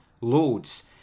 loads